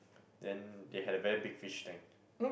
then they had a very big fish tank